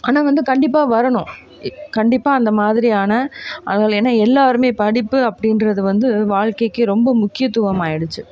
ஆனால் வந்து கண்டிப்பாக வரணும் இக் கண்டிப்பாக அந்தமாதிரியான அவங்கள என்ன எல்லாருமே படிப்பு அப்படீன்றத வந்து வாழ்க்கைக்கு ரொம்ப முக்கியத்துவம் ஆயிடுச்சு